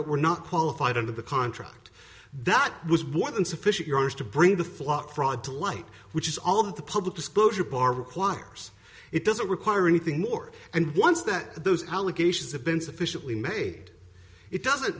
that were not qualified under the contract that was one insufficient yours to bring the flock fraud to light which is all of the public disclosure bar requires it doesn't require anything more and once that those allegations have been sufficiently made it doesn't